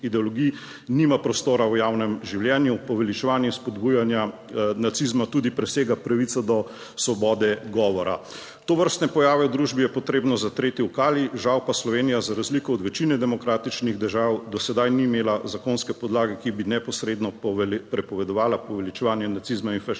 ideologij, nima prostora v javnem življenju. Poveličevanje spodbujanja nacizma tudi presega pravico do svobode govora. Tovrstne pojave v družbi je potrebno zatreti v kali. Žal pa Slovenija za razliko od večine demokratičnih držav do sedaj ni imela zakonske podlage, ki bi neposredno prepovedovala poveličevanje nacizma in fašizma.